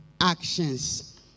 actions